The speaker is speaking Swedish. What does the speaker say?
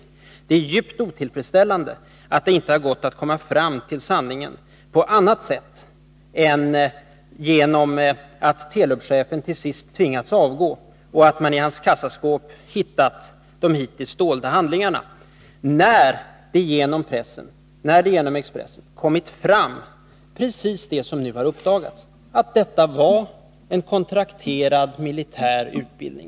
Men det är djupt otillfredsställande att det inte har gått att komma fram till sanningen på annat sätt än genom att Telubchefen till sist tvingats avgå — och att man i hans kassaskåp hittat de hittills dolda handlingarna — när det genom Expressen kommit fram precis det som nu har uppdagats: att detta var en med Libyen kontrakterad militär utbildning.